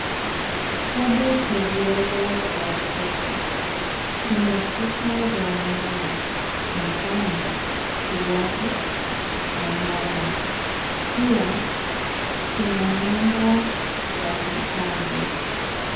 Kitabu cha ziada cha watoto. Kina picha za wanyama kwa mfano kiwavu na mamba. Pia kina namba za hesabu.